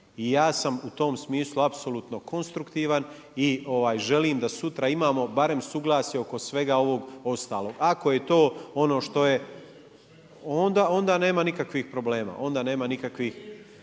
I ja sam u tom smislu apsolutno konstruktivan i želim da sutra imamo barem suglasje oko svega ovog ostalog. Ako je to ono što je onda nema nikakvih problema, onda nema nikakvih